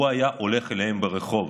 הוא היה הולך אליהם ברחוב.